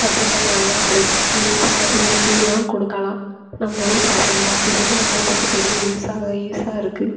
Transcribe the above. சத்துள்ள பொருளாக கிடைக்கிம் இது சின்னப் பிள்ளைளுக்கு எல்லாம் கொடுக்கலாம் நம்பளும் சாப்ட்டுக்கலாம் இது வந்து நம்பளுக்கு வந்து பெரிய யூஸாக யூஸாக இருக்கு